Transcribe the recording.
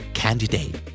candidate